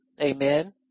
Amen